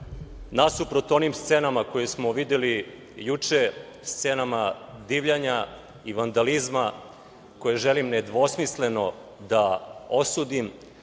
nasuprot onim scenama koje smo videli juče, scenama divljanja i vandalizma, koje želim nedvosmisleno da osudim,